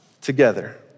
Together